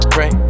Pray